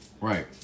Right